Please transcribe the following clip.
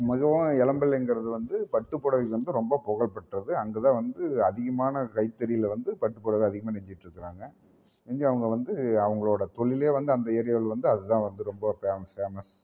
மிகவும் இளம்பிள்ளைக்குறது வந்து பட்டுப் புடவைக்கு வந்து ரொம்ப புகழ் பெற்றது அங்கே தான் வந்து அதிகமான கைத்தறியில் வந்து பட்டுப் புடவை அதிகமாக நெஞ்சிட்டுருக்கிறாங்க இங்கே அவங்க வந்து அவங்களோட தொழிலே வந்து அந்த ஏரியாவில் வந்து அது தான் வந்து ரொம்ப ஃபேமஸ் ஃபேமஸ்